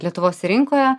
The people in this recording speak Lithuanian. lietuvos rinkoje